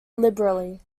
liberally